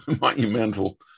monumental